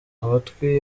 amatwi